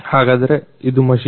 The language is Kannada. ಹಾಗಾದ್ರೆ ಇದು ಮಷೀನ್